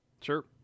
Sure